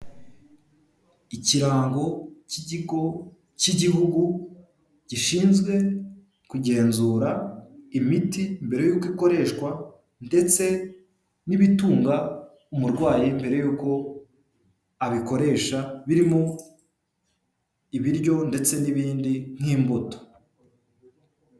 Ikirango cy'ikigo cy'igihugu gishinzwe kugenzura imiti mbere yuko ikoreshwa ndetse n'ibitunga umurwayi mbere yuko abikoresha birimo ibiryo ndetse n'ibindi nk'imbuto.